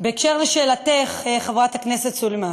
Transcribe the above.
חברות וחברים,